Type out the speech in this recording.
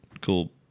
cool